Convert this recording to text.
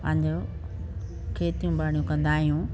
पंहिंजो खेतियूं ॿाड़ियूं कंदा आहियूं